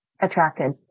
attracted